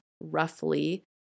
roughly